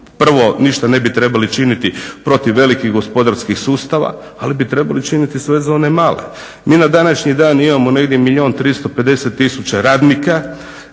prvo ništa ne bi trebali činiti protiv velikih gospodarskih sustava, ali bi trebali činiti sve za one male. Mi na današnji dan imamo negdje 1 350 000 radnika